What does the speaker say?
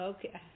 Okay